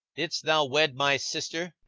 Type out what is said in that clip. didst thou wed my sister?